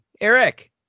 Eric